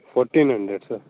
fourteen hundred sir